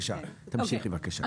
תמשיכי בבקשה.